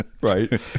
Right